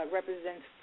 represents